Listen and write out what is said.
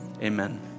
amen